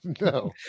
No